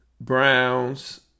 Browns